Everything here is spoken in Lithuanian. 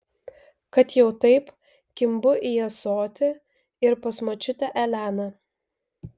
kad jau taip kimbu į ąsotį ir pas močiutę eleną